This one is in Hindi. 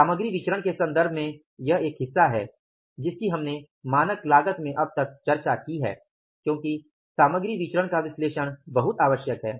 सामग्री विचरण के सन्दर्भ में यह एक हिस्सा है जिसकी हमने मानक लागत में अब तक चर्चा की है क्योकि सामग्री विचरण का विश्लेषण बहुत आवश्यक है